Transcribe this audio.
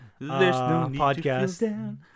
podcast